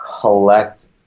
collect